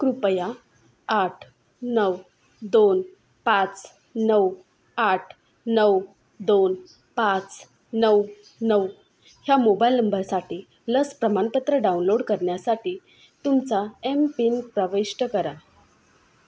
कृपया आठ नऊ दोन पाच नऊ आठ नऊ दोन पाच नऊ नऊ ह्या मोबाईल नंबरसाठी लस प्रमाणपत्र डाउनलोड करण्यासाठी तुमचा एमपिन प्रविष्ट करा